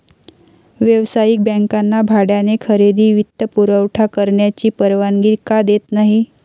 व्यावसायिक बँकांना भाड्याने खरेदी वित्तपुरवठा करण्याची परवानगी का देत नाही